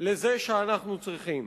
לזה שאנחנו צריכים.